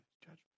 judgment